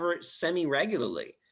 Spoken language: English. semi-regularly